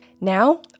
Now